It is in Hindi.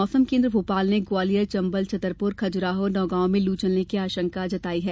मौसम केन्द्र भोपाल ने ग्वालियर चम्बल छतरपुर खजुराहो नौगांव में लू चलने की आशंका जताई है